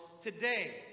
today